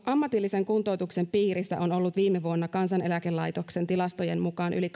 ammatillisen kuntoutuksen piirissä on on ollut viime vuonna kansaneläkelaitoksen tilastojen mukaan yli